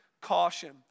caution